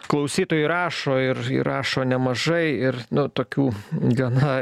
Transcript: klausytojai rašo ir ir rašo nemažai ir nu tokių gana